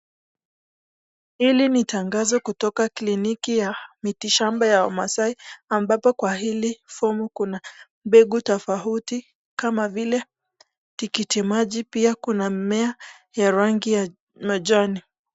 Hili ni tangazo kutoka kliniki ya miti shamba ya maasai, ambapo kwa hili fomu kuna mbegu tofauti , kama vile tikiti maji, pia kuna mimea ya rangi ya majani.